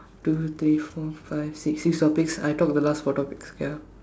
two three four five six six topics I talk the last four topics ya